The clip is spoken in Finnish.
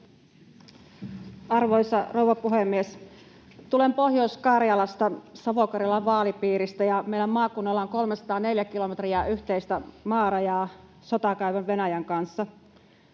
Arvoisa rouva puhemies! Tulen Pohjois-Karjalasta Savo-Karjalan vaalipiiristä. Meidän maakunnallamme on 304 kilometriä yhteistä maarajaa sotaa käyvän Venäjän kanssa.